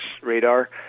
radar